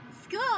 school